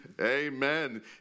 Amen